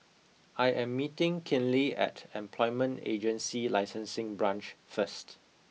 I am meeting Kinley at Employment Agency Licensing Branch first